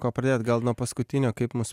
ko pradėt gal nuo paskutinio kaip mus